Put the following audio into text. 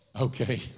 Okay